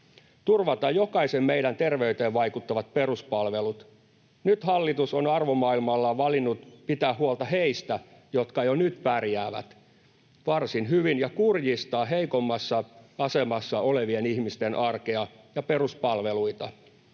turvata jokaisen meidän terveyteen vaikuttavat peruspalvelut? Nyt hallitus on arvomaailmallaan valinnut pitää huolta heistä, jotka jo nyt pärjäävät varsin hyvin, ja kurjistaa heikommassa asemassa olevien ihmisten arkea ja peruspalveluita.